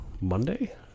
Monday